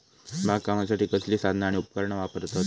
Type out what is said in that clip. बागकामासाठी कसली साधना आणि उपकरणा वापरतत?